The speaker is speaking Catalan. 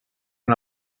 amb